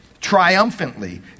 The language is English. triumphantly